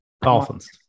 Dolphins